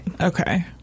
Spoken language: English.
Okay